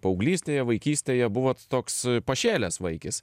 paauglystėje vaikystėje buvot toks pašėlęs vaikis